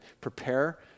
prepare